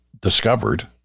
discovered